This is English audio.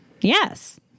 yes